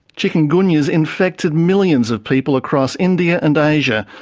chikungunya has infected millions of people across india and asia,